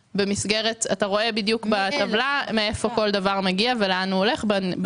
אתה רואה בטבלה בנספחים שלנו מאיפה כל דבר מגיע ולאן הוא הולך.